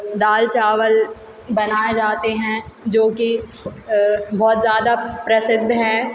दाल चावल बनाए जाते हैं जो कि बहोत ज्यादा प्रसिद्ध हैं